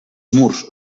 murs